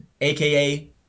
aka